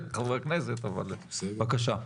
בקשה.